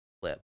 flip